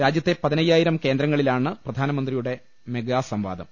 രാജ്യത്തെ പതിനയ്യായിരം കേന്ദ്രങ്ങളിലാണ് പ്രധാനമന്ത്രിയുടെ മെഗാ സംവാദം